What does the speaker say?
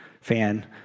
fan